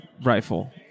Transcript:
rifle